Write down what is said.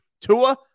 Tua